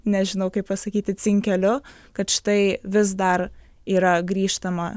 nežinau kaip pasakyti cinkeliu kad štai vis dar yra grįžtama